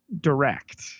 direct